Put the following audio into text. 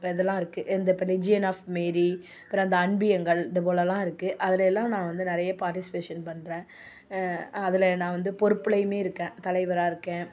இதெல்லாம் இருக்கு இந்த இப்போ ரெஜ்ஜியன் ஆஃப் மேரி அப்புறம் அந்த அன்பியங்கள் இது போலலாம் இருக்கு அதிலயெல்லாம் நான் வந்து நிறைய பார்ட்டிசிபேஷன் பண்ணுறேன் அதில் நான் வந்து பொறுப்புலேயுமே இருக்கேன் தலைவராக இருக்கேன்